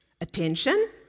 Attention